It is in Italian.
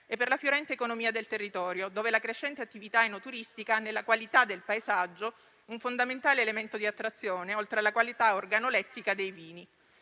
e per la fiorente economia del territorio, dove la crescente attività enoturistica nella qualità del paesaggio è un fondamentale elemento di attrazione, oltre alla qualità organolettica dei vini.